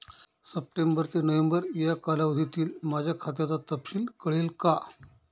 September ते November या कालावधीतील माझ्या खात्याचा तपशील कळेल का?